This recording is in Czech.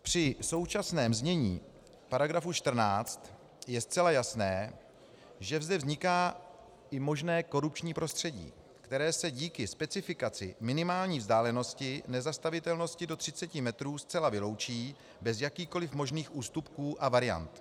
Při současném znění § 14 je zcela jasné, že zde vzniká i možné korupční prostředí, které se díky specifikaci minimální vzdálenosti nezastavitelnosti do 30 metrů zcela vyloučí bez jakýchkoli možných ústupků a variant.